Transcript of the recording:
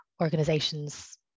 organizations